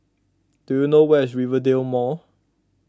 do you know where is Rivervale Mall